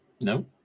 No